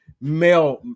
male